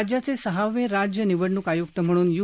राज्याचे सहावे राज्य निवडणूक आयुक्त म्हणून यू